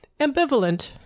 ambivalent